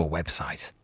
website